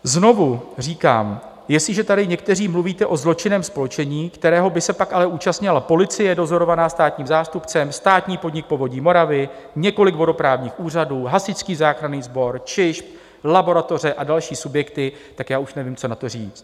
Znovu říkám: jestliže tady někteří mluvíte o zločinném spolčení, kterého by se pak ale účastnila policie dozorovaná státním zástupcem, státní podnik Povodí Moravy, několik vodoprávních úřadů, Hasičský záchranný sbor, ČIŽP, laboratoře a další subjekty, tak já už nevím, co na to říct.